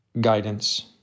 guidance